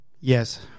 Yes